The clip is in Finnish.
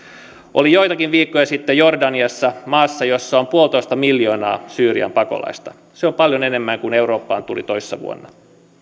olin joitakin viikkoja sitten jordaniassa maassa jossa on puolitoista miljoonaa syyrian pakolaista se on paljon enemmän kuin eurooppaan tuli toissa vuonna